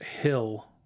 Hill